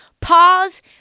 Pause